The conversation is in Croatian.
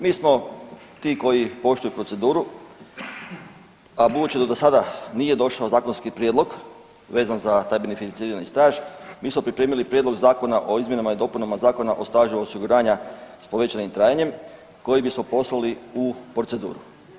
Mi smo ti koji poštuju proceduru, a budući da do sada nije došao zakonski prijedlog vezan za taj beneficirani staž mi smo pripremili prijedlog zakona o izmjenama i dopunama Zakona o stažu osiguranja s povećanim trajanjem koji bismo poslali u proceduru.